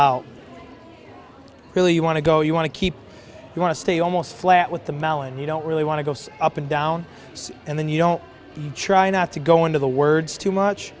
out really you want to go you want to keep you want to stay almost flat with the mal and you don't really want to go up and down and then you don't try not to go into the words too much